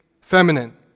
feminine